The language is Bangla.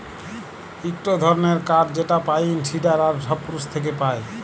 ইকটো ধরণের কাঠ যেটা পাইন, সিডার আর সপ্রুস থেক্যে পায়